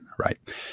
right